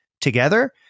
together